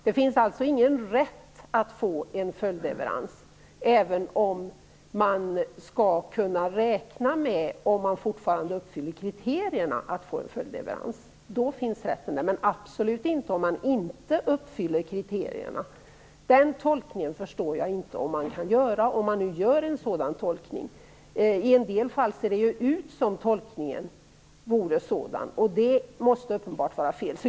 Det finns alltså ingen rätt till följdleverans, även om länderna skall kunna räkna med att få följdleveranser om de fortfarande uppfyller kriterierna. Då finns rätten, men absolut inte annars. Jag förstår inte att man kan göra någon annan tolkning. I en del fall ser det ut som om det ändå görs, men det måste uppebarligen vara fel.